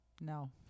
No